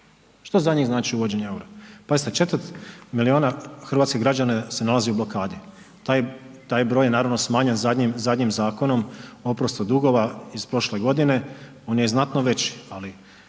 Što za njih znači uvođenje eura? Pazite četvrt milijuna hrvatskih građana se nalazi u blokadi. Taj broj je naravno smanjen zadnjim zakonom oprostom dugova iz prošle godine, on je i znatno veći ali